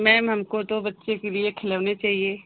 ma'am हमको तो बच्चे के लिए खिलौने चाहिए